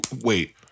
wait